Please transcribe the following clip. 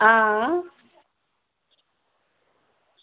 आं आं